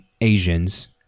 Asians